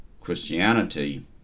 Christianity